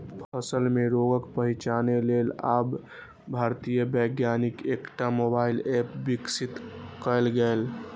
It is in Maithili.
फसल मे रोगक पहिचान लेल आब भारतीय वैज्ञानिक एकटा मोबाइल एप विकसित केलकैए